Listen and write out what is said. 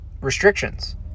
restrictions